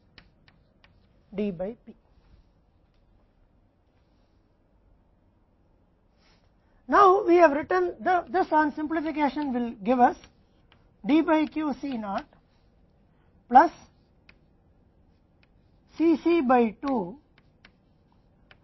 तो यह P के द्वारा Q C naught plus C c द्वारा 2 से 1 minus D में हो जाएगा